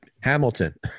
Hamilton